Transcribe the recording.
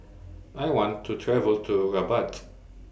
I want to travel to Rabat